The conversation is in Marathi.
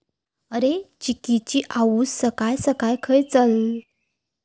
अरे, चिंकिची आऊस सकाळ सकाळ खंय चल्लं?